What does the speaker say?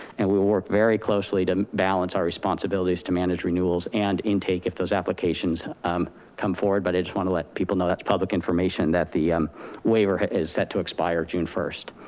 and we work very closely to balance our responsibilities to manage renewals and intake, if those applications come forward, but i just wanna let people know that's public information that the waiver is set to expire june one.